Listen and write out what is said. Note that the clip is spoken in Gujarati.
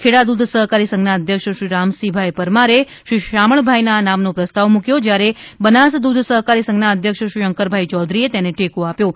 ખેડા દૂધ સહકારી સંઘના અધ્યક્ષ શ્રી રામસિંહ ભાઈ પરમારે શ્રી શામળભાઈ ના નામનો પ્રસ્તાવ મુક્યો હતો જયારે બનાસ દૂધ સહકારી સંઘના અધ્યક્ષ શ્રી શંકરભાઇ ચૌધરીએ તેને ટેકો આપ્યો હતો